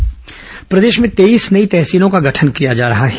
तहसील गठन प्रदेश में तेईस नई तहसीलों का गठन किया जा रहा है